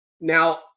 Now